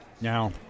Now